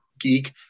geek